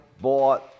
bought